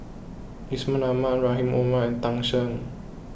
Yusman Aman Rahim Omar and Tan Shen